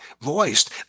voiced